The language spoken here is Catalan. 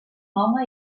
home